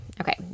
Okay